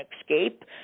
escape